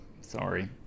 Sorry